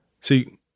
See